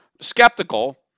skeptical